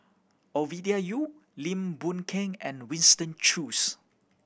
Ovidia Yu Lim Boon Keng and Winston Choos